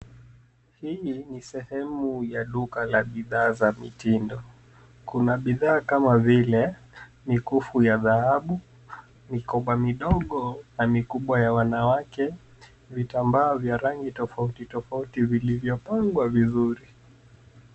Hii ni sehemu ya duka la bidhaa za mitindo, kuna bidhaa kama vile mikufu ya dhahabu , mikoba midogo na mikubwa ya wanawake , vitambaa vya rangi tofauti tofauti vilivyopangwa vizuri.